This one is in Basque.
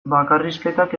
bakarrizketak